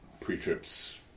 pre-trips